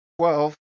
Twelve